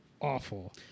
awful